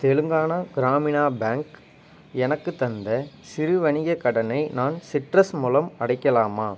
Telangana Gramina bank எனக்குத் தந்த சிறு வணிக கடனை நான் சிட்ரஸ் மூலம் அடைக்கலாமா